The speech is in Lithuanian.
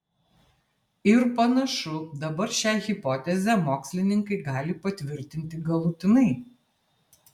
ir panašu dabar šią hipotezę mokslininkai gali patvirtinti galutinai